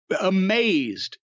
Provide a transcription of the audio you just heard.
amazed